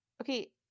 Okay